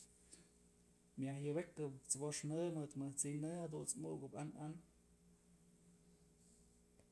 Myaj yëbëkëp t'sëbox në mëd mëj t'sinë jadunt's mukëp an an.